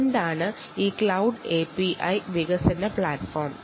എന്താണ് ഈ cloud APIH വികസന പ്ലാറ്റ്ഫോം